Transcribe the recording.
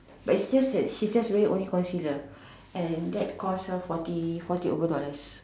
but it's just that she's just wearing only concealer and that cost her forty forty over dollars